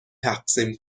تقسیم